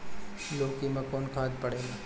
लौकी में कौन खाद पड़ेला?